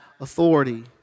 authority